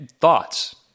thoughts